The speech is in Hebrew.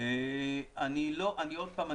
עוד פעם,